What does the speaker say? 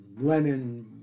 Lenin